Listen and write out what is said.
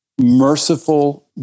merciful